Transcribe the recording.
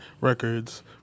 Records